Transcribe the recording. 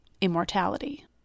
immortality